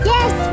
Yes